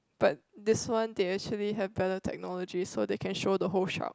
but this one they actually have better technology so they can show the whole shark